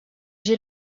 j’ai